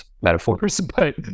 metaphors—but